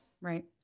Right